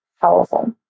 powerful